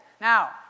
Now